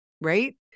Right